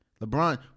LeBron